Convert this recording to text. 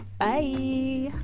bye